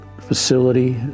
facility